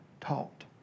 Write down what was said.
taught